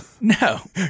No